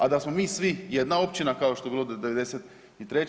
A da smo mi svi jedna općina kao što je bilo do '93.